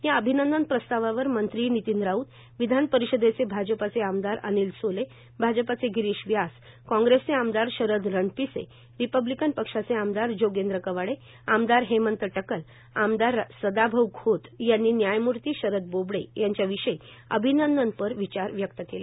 या अभिनंदन प्रस्तावावर मंत्री नितीन राऊत विधान परिषदेचे भाजपाचे आमदार अनिल सोले भाजपाचे गिरीश व्यास कांग्रेसचे आमदार शरद रणपीसे रिपब्लिकन पक्षाचे आमदार जोगेंद्र कवाडे आमदार हेमंत टकल आमदार सदाभाऊ खोत यांनी न्यायमूर्ती शरद बोबडे यांच्या अभिनंदनपर विचार व्यक्त केले